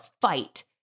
fight